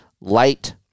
light